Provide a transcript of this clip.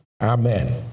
Amen